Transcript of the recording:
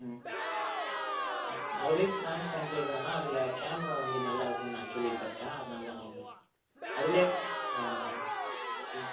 ம் ஆ நான் எதுக்கு சாம்சாங் கேட்குறேன்னா அதில் கேமரா வந்து நல்லாயிருக்குன்னு நான் கேள்விப்பட்டேன் அதனால் தான் நான் கேக் அதிலேயே ஆ